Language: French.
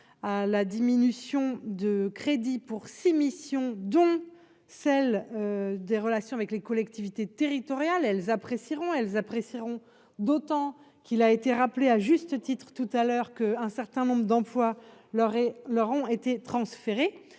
à la diminution de crédits pour 6 missions dont celle des relations avec les collectivités territoriales, elles apprécieront elles apprécieront d'autant qu'il a été rappelé à juste titre, tout à l'heure que un certain nombre d'emplois leur et leur ont été transférés